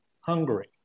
Hungary